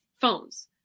phones